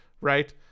right